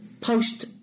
post